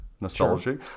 Nostalgic